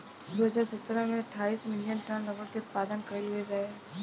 दू हज़ार सतरह में अठाईस मिलियन टन रबड़ के उत्पादन कईल गईल रहे